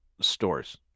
stores